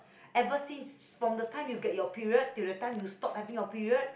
ever seen from the time you get your period to the time you stop until your period